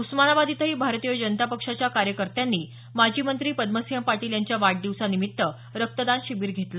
उस्मानाबाद इथंही भारतीय जनता पक्षाच्या कार्यकर्त्यांनी माजी मंत्री पद्मसिंह पाटील यांच्या वाढदिवसानिमित्त रक्तदान शिबीर घेतलं